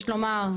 יש לומר,